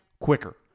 quicker